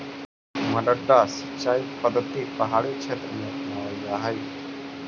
मड्डा सिंचाई पद्धति पहाड़ी क्षेत्र में अपनावल जा हइ